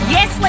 Yes